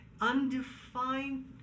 undefined